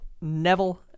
Neville